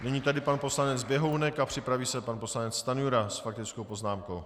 Nyní tedy pan poslanec Běhounek a připraví se pan poslanec Stanjura s faktickou poznámkou.